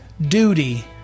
duty